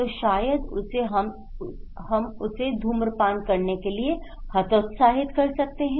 तो शायद उसे हम उसे धूम्रपान करने के लिए हतोत्साहित कर सकते हैं